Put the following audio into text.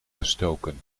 gestoken